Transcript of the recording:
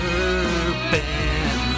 urban